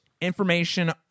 information